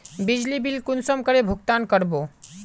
बिजली बिल कुंसम करे भुगतान कर बो?